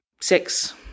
six